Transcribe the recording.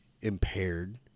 impaired